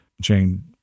Jane